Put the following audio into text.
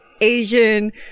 Asian